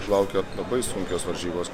laukia labai sunkios varžybos